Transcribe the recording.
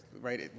right